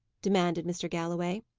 demanded mr. galloway.